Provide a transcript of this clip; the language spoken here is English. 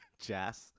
Jazz